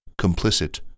complicit